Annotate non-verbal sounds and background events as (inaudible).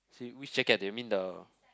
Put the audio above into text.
(noise) which jacket do you mean the